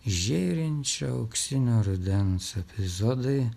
žėrinčio auksinio rudens epizodai